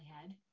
head